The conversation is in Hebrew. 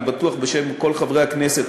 אני בטוח בשם כל חברי הכנסת,